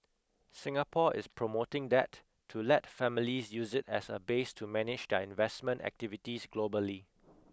Singapore is promoting that to let families use it as a base to manage their investment activities globally